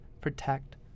protect